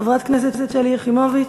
חברת כנסת שלי יחימוביץ,